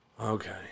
okay